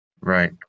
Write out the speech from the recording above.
Right